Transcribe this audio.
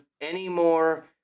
anymore